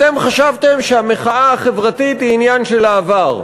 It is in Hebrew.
אתם חשבתם שהמחאה החברתית היא עניין של העבר.